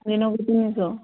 ଦିନକୁ କେତେ ନେଉଛ